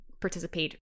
participate